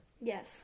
Yes